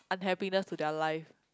unhappiness to their life